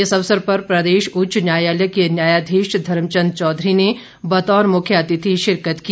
इस अवसर पर प्रदेश उच्च न्यायालय के न्यायाधीश धर्मचंद चौधरी ने बतौर मुख्य अतिथि शिरकत की